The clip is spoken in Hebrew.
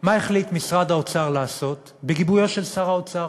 מה החליט משרד האוצר לעשות, בגיבויו של שר האוצר?